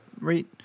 Right